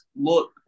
look